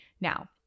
Now